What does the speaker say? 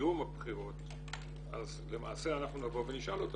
בסיום הבחירות אז למעשה אנחנו נבוא ונשאל אותו